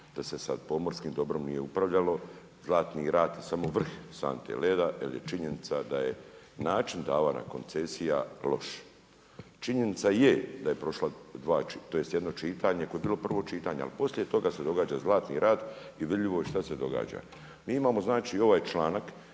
da se pomorskim dobrom nije upravljalo. Zlatni rat je samo vrh sante leda, jer je činjenica da je način davanja koncesija loš. Činjenica je da je prošla 2, tj.1 čitanje, koje je bilo prvo čitanje, ali poslije toga se događa Zlatni rat i vidljivo je šta se događa. Mi imamo ovaj članak,